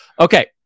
Okay